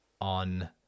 On